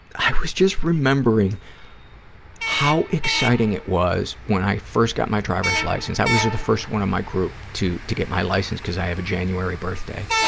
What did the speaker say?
i was just remembering how exciting it was, when i first got my driver's license, i was the first one of my group to to get my license because i have a january birthday,